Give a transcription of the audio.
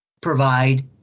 provide